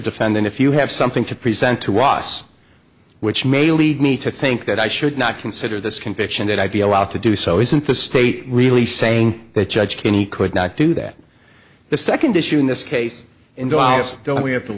defendant if you have something to present to us which may lead me to think that i should not consider this conviction that i be allowed to do so isn't the state really saying that judge kenny could not do that the second issue in this case involves don't we have to